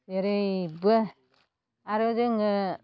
जेरैबो आरो जोङो